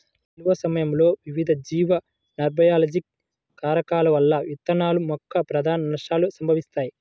నిల్వ సమయంలో వివిధ జీవ నాన్బయోలాజికల్ కారకాల వల్ల విత్తనాల యొక్క ప్రధాన నష్టాలు సంభవిస్తాయి